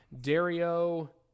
Dario